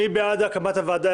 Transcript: מי בעד הקמת הוועדה?